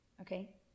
Okay